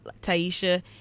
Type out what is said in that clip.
Taisha